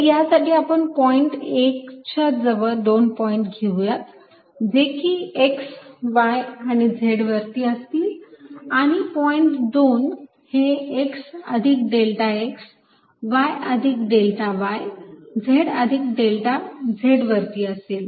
तर यासाठी आपण पॉईंट 1 च्या जवळ दोन पॉईंट घेऊयात जे की x y आणि z वरती असतील आणि पॉईंट 2 हे x अधिक डेल्टा x y अधिक डेल्टा y z अधिक डेल्टा z वरती असेल